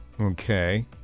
okay